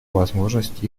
возможность